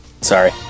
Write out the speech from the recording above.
Sorry